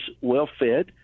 well-fed